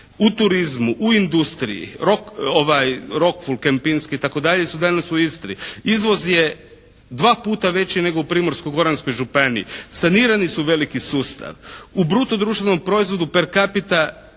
u turizmu, u industriji, … su danas u Istri, izvoz je dva puta veći nego u primorsko-goranskoj županiji, sanirani su veliki sustav. U bruto-društveno proizvodu per capita